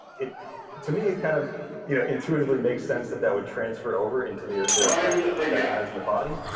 to me it kind of you know intuitively makes sense that that would transfer over into their their effect that it has in the body.